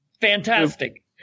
Fantastic